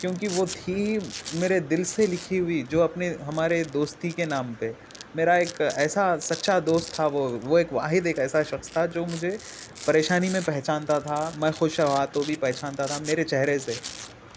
کیوں کہ وہ تھی میرے دل سے لکھی ہوئی جو اپنے ہمارے دوستی کے نام پہ میرا ایک ایسا سچا دوست تھا وہ وہ ایک واحد ایسا شخص تھا جو مجھے پریشانی میں پہچانتا تھا میں خوش رہا تو بھی پہچانتا تھا میرے چہرے سے